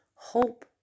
Hope